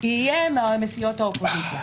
יהיה מסיעות האופוזיציה.